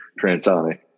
transonic